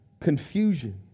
confusion